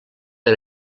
era